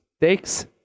takes